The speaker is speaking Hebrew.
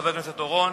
חבר הכנסת אורון,